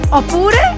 oppure